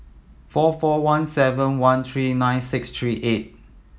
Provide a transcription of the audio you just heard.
four four one seven one three nine six three eight